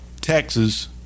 Texas